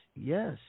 yes